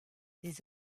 des